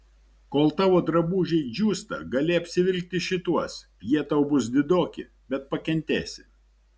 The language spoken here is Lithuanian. kol tavo drabužiai džiūsta gali apsivilkti šituos jie tau bus didoki bet pakentėsi